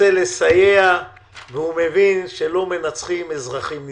רוצה לסייע ומבין שלא מנצחים אזרחים נזקקים.